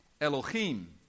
Elohim